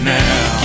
now